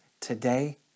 Today